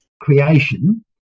creation